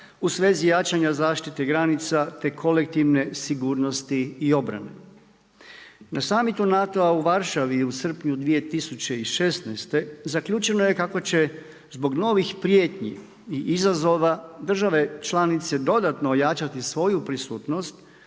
u svezi jačanja zaštite granica te kolektivne sigurnosti i obrane. Na summitu NATO-a u Varšavi, u srpnju 2016. zaključeno je kako će zbog novih prijetnji i izazova države članice dodatno ojačati svoju prisutnost